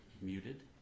muted